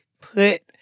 put